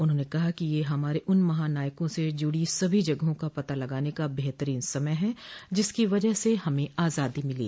उन्होंने कहा कि यह हमारे उन महानायकों से जूडो सभी जगहों का पता लगाने का बेहतरीन समय है जिनकी वजह से हमें आजादी मिली